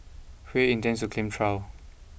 Hui intends to claim trial